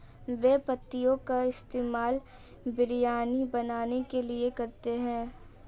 बे पत्तियों का इस्तेमाल बिरयानी बनाने के लिए करते हैं